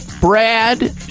Brad